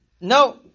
no